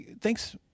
thanks